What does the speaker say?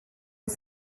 was